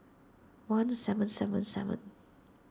one seven seven seven